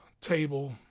table